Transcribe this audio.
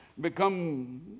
become